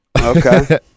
Okay